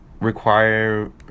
require